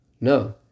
No